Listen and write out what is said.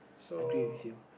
I agree with you